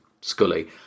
Scully